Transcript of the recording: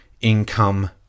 income